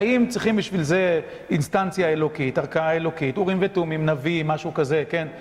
האם צריכים בשביל זה אינסטנציה אלוקית, ערכאה אלוקית, אורים ותומים, נביא, משהו כזה, כן?